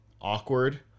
awkward